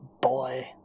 Boy